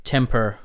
Temper